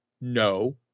no